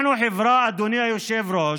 אנחנו חברה, אדוני היושב-ראש,